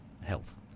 health